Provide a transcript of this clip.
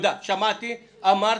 שמעתי, אמרת.